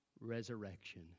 resurrection